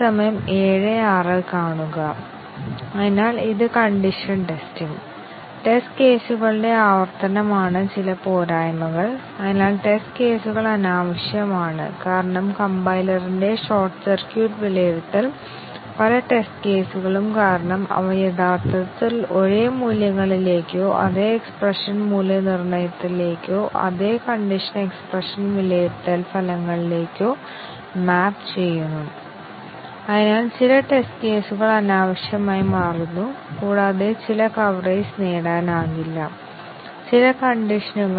അതിനാൽ എല്ലാ ആറ്റോമിക് കണ്ടിഷനുകളും ടെസ്റ്റ് കേസ് എക്സിക്യൂഷനുകളിൽ ചിലപ്പോൾ ശരിയും തെറ്റും വിലയിരുത്തുന്നു കൂടാതെ പൂർണ്ണമായ ഡിസിഷൻ പൂർണ്ണമായ എക്സ്പ്രെഷനും ടെസ്റ്റ് കേസ് എക്സിക്യൂഷൻ സമയത്ത് ശരിയും തെറ്റും വിലയിരുത്തുന്നു